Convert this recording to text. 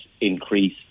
increase